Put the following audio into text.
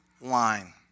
line